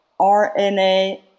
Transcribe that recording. RNA